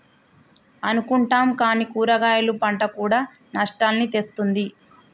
అనుకుంటున్నాం కానీ కూరగాయలు పంట కూడా నష్టాల్ని తెస్తుంది